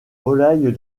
volailles